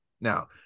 Now